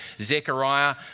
Zechariah